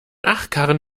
achkarren